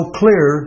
clear